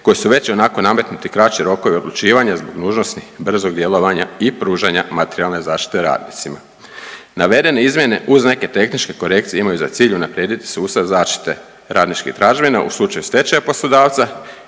kojoj su već ionako nametnuti kraći rokovi odlučivanja zbog nužnosti brzog djelovanja i pružanja materijalne zaštite radnicima. Navedene izmjene uz neke tehničke korekcije imaju za cilj unaprijediti sustav zaštite radničkih tražbina u slučaju stečaja poslodavca